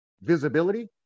visibility